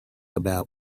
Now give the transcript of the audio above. about